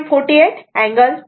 48 angle 10